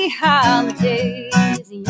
holidays